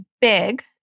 big